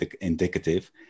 indicative